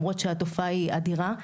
למרות שהתופעה היא אדירה,